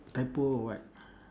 typo or what